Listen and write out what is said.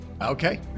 Okay